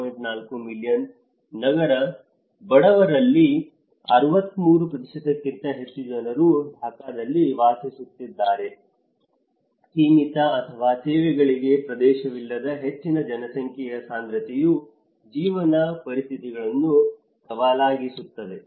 4 million ನಗರ ಬಡವರಲ್ಲಿ 63 ಕ್ಕಿಂತ ಹೆಚ್ಚು ಜನರು ಢಾಕಾದಲ್ಲಿ ವಾಸಿಸುತ್ತಿದ್ದಾರೆ ಸೀಮಿತ ಅಥವಾ ಸೇವೆಗಳಿಗೆ ಪ್ರವೇಶವಿಲ್ಲದ ಹೆಚ್ಚಿನ ಜನಸಂಖ್ಯೆಯ ಸಾಂದ್ರತೆಯು ಜೀವನ ಪರಿಸ್ಥಿತಿಗಳನ್ನು ಸವಾಲಾಗಿಸುತ್ತದೆ